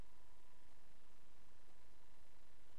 לאחר